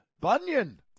Bunyan